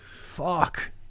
fuck